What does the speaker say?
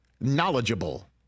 knowledgeable